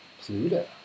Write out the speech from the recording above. Pluto